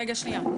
רגע, שנייה.